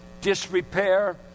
disrepair